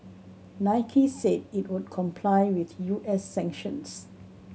Nike said it would comply with U S sanctions